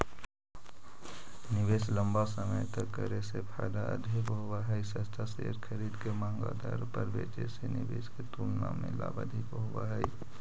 निवेश लंबा समय तक करे से फायदा अधिक होव हई, सस्ता शेयर खरीद के महंगा दर पर बेचे से निवेश के तुलना में लाभ अधिक होव हई